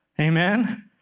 Amen